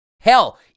Hell